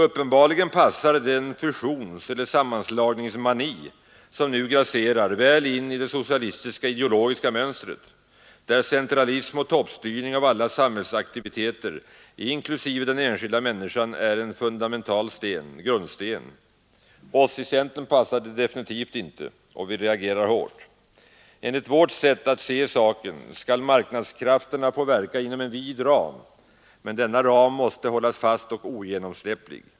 Uppenbarligen passar den fusionseller sammanslagningsmani som nu grasserar väl in i det socialistiska ideologiska mönstret där centralism och toppstyrning av alla samhällsaktiviteter inklusive den enskilda människan är en fundamental grundsten — oss i centern passar det definitivt inte, och vi reagerar hårt. Enligt vårt sätt att se saken skall marknadskrafterna få verka inom en vid ram, men denna ram måste hållas fast och ogenomsläpplig.